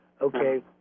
Okay